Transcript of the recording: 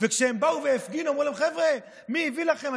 וכשהם באו והפגינו, אמרו להם: חבר'ה, מי הביא לכם?